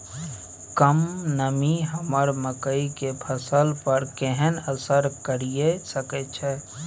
कम नमी हमर मकई के फसल पर केहन असर करिये सकै छै?